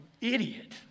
idiot